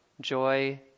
joy